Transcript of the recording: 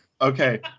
okay